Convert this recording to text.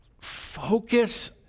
focus